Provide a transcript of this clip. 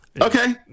okay